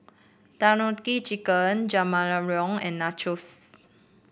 Tandoori Chicken Jajangmyeon and Nachos